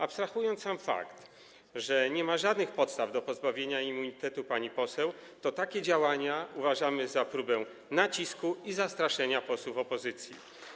Abstrahując od samego faktu, że nie ma żadnych podstaw do pozbawienia immunitetu pani poseł, to takie działania uważamy za próbę nacisku i zastraszenia posłów opozycji.